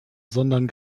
sondern